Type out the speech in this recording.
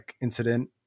incident